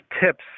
tips